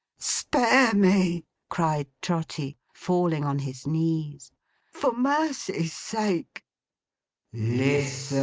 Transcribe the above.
spare me cried trotty, falling on his knees for mercy's sake listen!